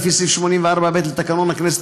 לפי סעיף 84(ב) לתקנון הכנסת,